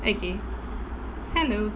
okay hello